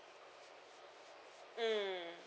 mm